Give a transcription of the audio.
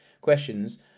questions